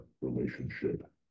relationship